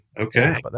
Okay